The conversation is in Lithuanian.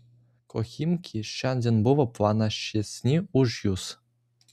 kuo chimki šiandien buvo pranašesni už jus